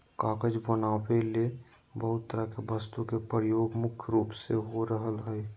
कागज बनावे ले बहुत तरह के वस्तु के प्रयोग मुख्य रूप से हो रहल हल